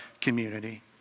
community